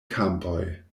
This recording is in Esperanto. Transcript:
kampoj